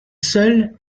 seul